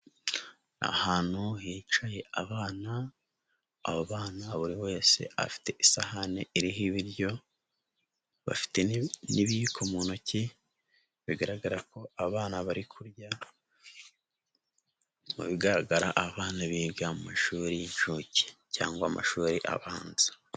Ahantu hicaye abana abo bana buri wese afite isahani iriho ibiryo, bafite n'ibiyiko mu ntoki, bigaragara ko aba bana bari kurya, mu bigaragara aba bana biga mu mashuri y'inshuke cyangwa amashuri abanza.